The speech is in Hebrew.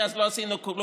כי אז לא עשינו כלום.